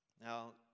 Now